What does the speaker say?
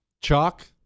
Chalk